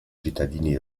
cittadini